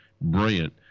brilliant